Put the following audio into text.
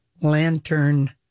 lantern